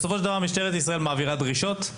בסופו של דבר משטרת ישראל מעבירה דרישות.